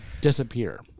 disappear